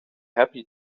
happy